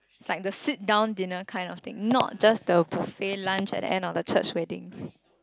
is like the sit down dinner kind of thing not just the buffet lunch at the end of a church wedding